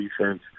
defense